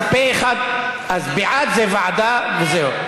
אז פה-אחד, בעד זה ועדה, וזהו.